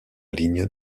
ligne